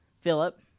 Philip